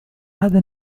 هذا